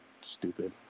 stupid